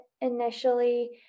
initially